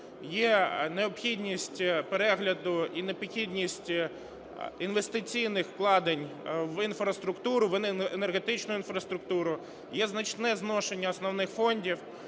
Є необхідність перегляду і необхідність інвестиційних вкладень в інфраструктуру, в енергетичну інфраструктуру, є значне зношення основних фондів.